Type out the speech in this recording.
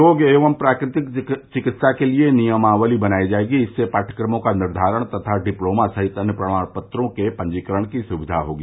योग एवं प्राकृतिक चिकित्सा के लिए नियमावली बनायी जायेगी इससे पाठ्यकमों का निर्धारण तथा डिप्लोमा सहित अन्य प्रमाण पत्रों के पंजीकरण की सुक्विया होगी